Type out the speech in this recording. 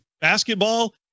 basketball